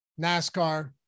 NASCAR